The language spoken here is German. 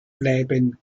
bleiben